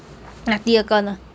那第二个呢